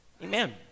Amen